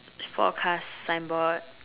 forecast signboard